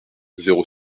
zéro